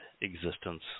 existence